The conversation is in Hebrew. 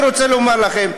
אני רוצה לומר לכם,